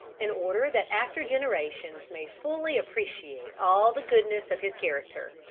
in order that after-generations may fully appreciate all the goodness of his character.